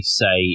say